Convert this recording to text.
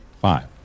Five